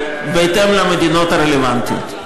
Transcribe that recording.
בהתאם למדינות הרלוונטיות.